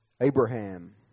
Abraham